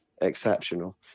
exceptional